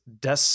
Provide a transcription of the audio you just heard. des